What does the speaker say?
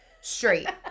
straight